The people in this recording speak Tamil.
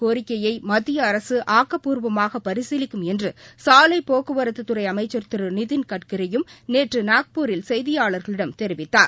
கோரிக்கையைமத்திய அரசு ஆக்கப்பூர்வமாகபரிசீலிக்கும் லாரிஉரிமையாளர்களின் என்றுசாலைபோக்குவரத்துத் துறைஅமைச்சர் திருநிதின் கட்கரியும் நேற்றநாக்பூரில் செய்தியாளர்களிடம் தெரிவித்தார்